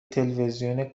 تلوزیون